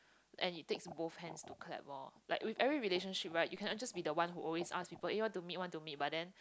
and it takes both hands to clap lor like with every relationship right you cannot just be the one who always ask people eh want to meet want to meet but then